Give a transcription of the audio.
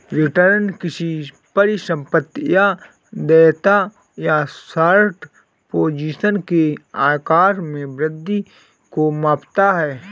return किसी परिसंपत्ति या देयता या शॉर्ट पोजीशन के आकार में वृद्धि को मापता है